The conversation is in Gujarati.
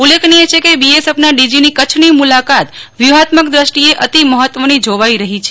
ઉલ્લેખનીય છે કે બીએસેફના ડીજીની કચ્છની મુલાકાત વ્યુહાત્મક દ્રષ્ટીએ અતિ મહત્વની જોવાઈ રહી છે